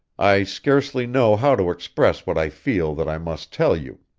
i scarcely know how to express what i feel that i must tell you.